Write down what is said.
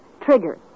Trigger